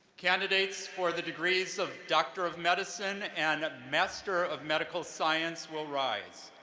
candidates for the degrees of doctor of medicine and master of medical science will rise.